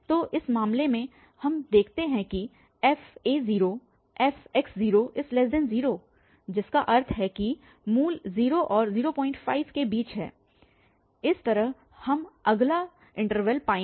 तो इस मामले में हम देखते हैं कि fafx0 जिसका अर्थ है कि मूल 0 और 05 के बीच है इस तरह हम अगला इन्टरवल पाएंगे